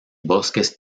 bosques